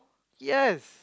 yes